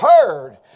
heard